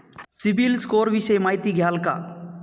CIBIL score विषयी माहिती द्याल का?